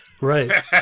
Right